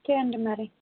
okay అండి మరి